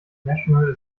national